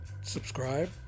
subscribe